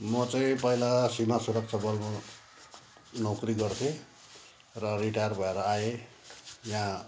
म चाहिँ पहिला सीमा सुरक्षा बलमा नोकरी गर्थेँ र रिटायर भएर आएँ यहाँ